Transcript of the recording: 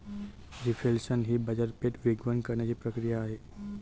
reflation ही बाजारपेठ वेगवान करण्याची प्रक्रिया आहे